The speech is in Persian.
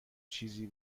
چیزی